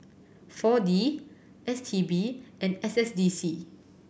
Four D S T B and S S D C